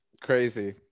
crazy